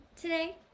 today